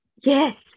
Yes